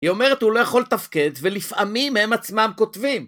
היא אומרת הוא לא יכול תפקד, ולפעמים הם עצמם כותבים.